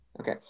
okay